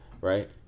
right